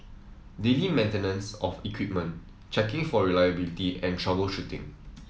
daily maintenance of equipment checking for reliability and troubleshooting